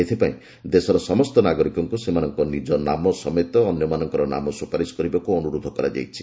ଏଥିପାଇଁ ଦେଶର ସମସ୍ତ ନାଗରିକଙ୍କୁ ସେମାନଙ୍କ ନିଜ ନାମ ସମେତ ଅନ୍ୟମାନଙ୍କର ନାମ ସୁପାରିଶ କରିବାକୁ ଅନୁରୋଧ କରାଯାଇଛି